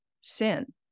sin